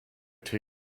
two